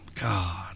god